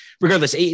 regardless